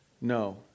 No